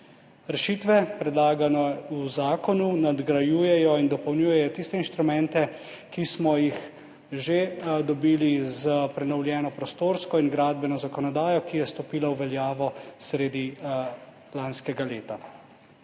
Rešitve, predlagane v zakonu, nadgrajujejo in dopolnjujejo tiste inštrumente, ki smo jih že dobili s prenovljeno prostorsko in gradbeno zakonodajo, ki je stopila v veljavo sredi lanskega leta.